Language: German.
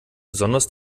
besonders